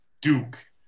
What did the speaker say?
Duke